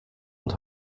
und